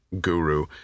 guru